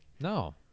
No